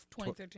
2013